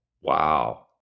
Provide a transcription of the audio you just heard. Wow